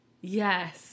Yes